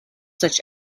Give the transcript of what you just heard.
such